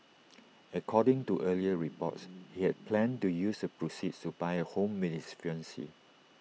according to earlier reports he had planned to use the proceeds to buy A home with his fiancee